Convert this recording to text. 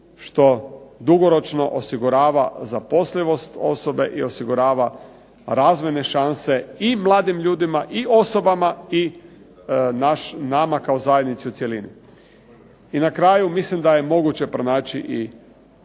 što dugoročno osigurava zaposlivost osobe i osigurava razvojne šanse i mladim ljudima i osobama i nama kao zajednici u cjelini. I na kraju mislim da je moguće pronaći i